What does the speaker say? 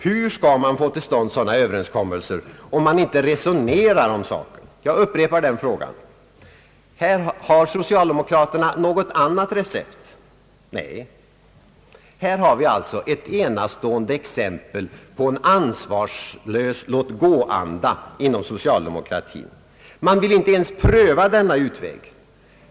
Hur skall man få till stånd sådana överenskommelser om man inte resonerar om saken? Jag upprepar den frågan. Har socialdemokraterna något annat recept? Nej! Här har vi alltså ett enastående exempel på en ansvarslös låt-gå-anda inom socialdemokratin. Man vill inte ens pröva denna utväg.